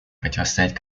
противостоять